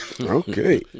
okay